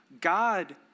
God